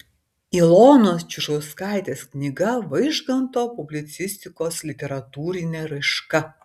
ilonos čiužauskaitės knyga vaižganto publicistikos literatūrinė raiška